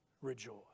rejoice